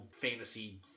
fantasy